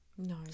No